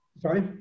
Sorry